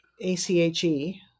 A-C-H-E